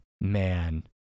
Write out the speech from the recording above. man